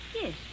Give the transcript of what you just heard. Yes